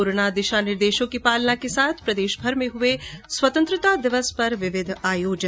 corona दिशा निर्देशों की पालना के साथ प्रदेशभर में हुये स्वतंत्रता दिवस पर विविध आयोजन